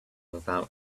about